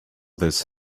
this